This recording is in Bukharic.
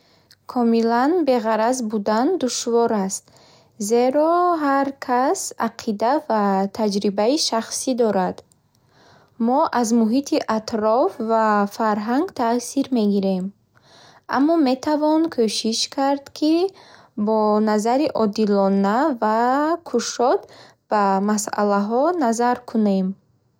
Комилан беғараз будан душвор аст, зеро ҳар кас ақида ва таҷрибаи шахсӣ дорад. Мо аз муҳити атроф ва фарҳанг таъсир мегирем. Аммо метавон кӯшиш кард, ки бо назари одилона ва кушод ба масъалаҳо назар кунем.